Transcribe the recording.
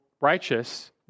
righteous